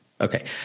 okay